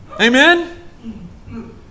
Amen